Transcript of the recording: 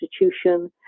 institution